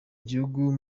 igihugu